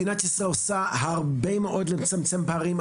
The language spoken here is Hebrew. אני חייב לציין שמדינת ישראל עושה הרבה מאוד כדי לצמצם פערים,